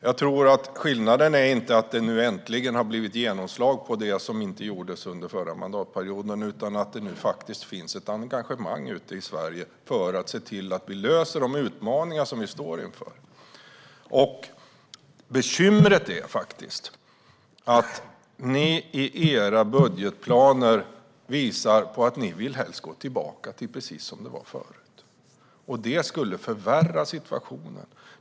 Jag tror inte att skillnaden beror på att det nu äntligen har blivit genomslag för det som inte gjordes under förra mandatperioden. Den beror på att det nu finns ett engagemang ute i Sverige för att se till att vi löser de utmaningar som vi står inför. Bekymret är att ni i era budgetplaner visar att ni helst vill gå tillbaka till hur det var förut. Det skulle förvärra situationen.